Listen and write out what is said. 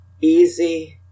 Easy